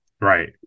Right